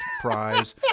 prize